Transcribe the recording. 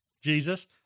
Jesus